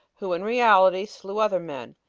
who, in reality, slew other men,